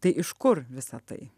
tai iš kur visa tai